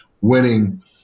winning